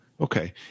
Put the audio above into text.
Okay